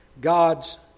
God's